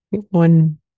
One